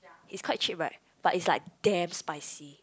it's quite cheap what but it's like damn spicy